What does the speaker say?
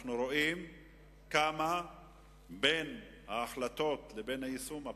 אנחנו רואים כמה פער יש בין ההחלטות לבין היישום.